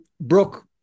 Brooke